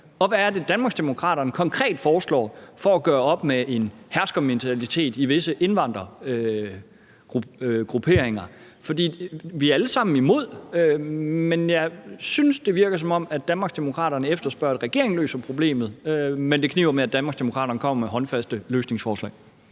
og hvad det er, Danmarksdemokraterne konkret foreslår for at gøre op med en herskermentalitet i visse indvandrergrupperinger. For vi er alle sammen imod de ting, men jeg synes, det virker, som om Danmarksdemokraterne efterspørger, at regeringen løser problemet, og at det kniber for Danmarksdemokraterne med at komme med håndfaste løsningsforslag.